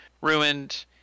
ruined